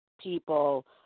people